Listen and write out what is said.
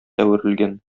әверелгән